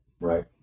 Right